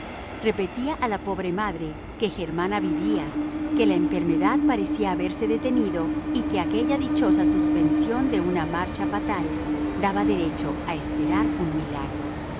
repetía a la pobre madre que germana vivía que la enfermedad parecía haberse detenido y que aquella dichosa suspensión de una marcha fatal daba derecho a esperar un milagro